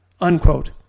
unquote